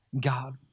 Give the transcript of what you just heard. God